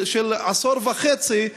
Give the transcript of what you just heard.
של עשור וחצי,